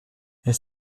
elle